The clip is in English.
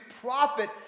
profit